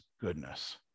goodness